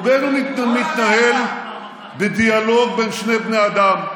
ובין שהוא מתנהל בדיאלוג בין שני בני אדם.